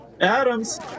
Adams